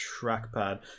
trackpad